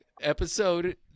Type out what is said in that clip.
episode